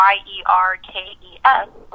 Y-E-R-K-E-S